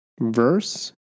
verse